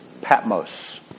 Patmos